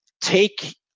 take